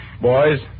Boys